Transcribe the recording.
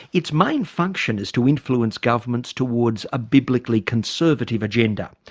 its main function is to influence governments towards a biblically conservative agenda.